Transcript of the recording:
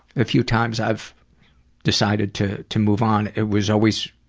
few times i've decided to to move on it was always